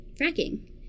fracking